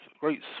great